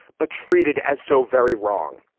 but treated as so very wrong.